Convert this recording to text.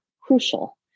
crucial